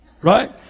Right